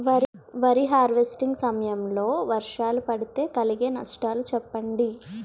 వరి హార్వెస్టింగ్ సమయం లో వర్షాలు పడితే కలిగే నష్టాలు చెప్పండి?